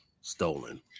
stolen